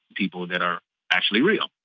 people that are actually real,